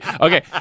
Okay